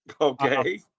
Okay